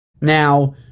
Now